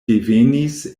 devenis